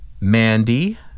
Mandy